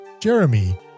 Jeremy